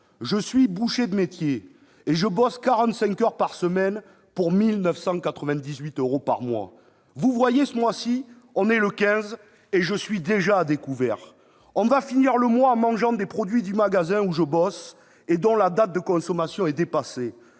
je suis boucher de métier et je bosse 45 heures par semaine pour 1 998 euros par mois. Vous voyez, ce mois-ci, on est le 15 et je suis déjà à découvert. On va finir le mois en mangeant des produits du magasin où je bosse et dont la date de consommation est dépassée.